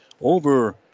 over